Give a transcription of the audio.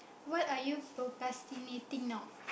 what are you procrastinating now